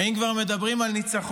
ואם כבר מדברים על ניצחון,